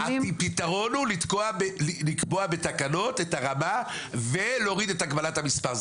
הפיתרון הוא לקבוע בתקנות את הרמה ולהוריד את הגבלת המספר.